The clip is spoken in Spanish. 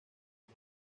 los